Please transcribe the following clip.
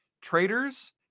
traders